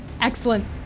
Excellent